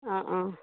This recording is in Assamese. অঁ অঁ